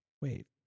wait